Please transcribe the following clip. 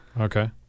Okay